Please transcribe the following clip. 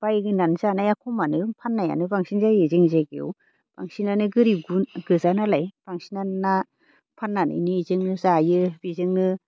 बायहैनानै जानाया खमानो फाननायानो बांसिन जायो जोंनि जायगायाव बांसिनानो गोरिब गोजा नालाय बांसिनानो ना फाननानै बेजोंनो जायो बेजोंनो